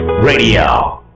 Radio